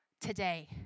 today